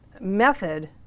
method